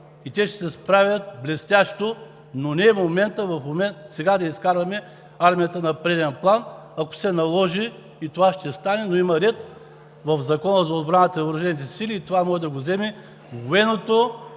и те ще се справят блестящо. Не е моментът сега да изкарваме армията на преден план, ако се наложи, и това ще стане, но има ред в Закона за отбраната и въоръжените сили и това може да го реши военното